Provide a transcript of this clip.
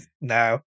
no